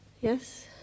Yes